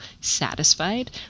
satisfied